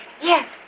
Yes